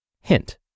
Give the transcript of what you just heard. Hint